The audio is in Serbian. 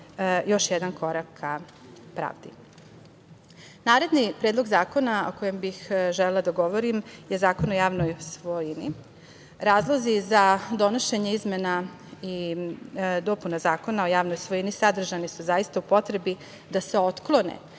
još jedan korak ka pravdi. Naredni predlog zakona o kojem bih želela da govorim je Zakon o javnoj svojini. Razlozi za donošenje izmena i dopuna Zakona o javnoj svojini sadržani su zaista u potrebi da se otklone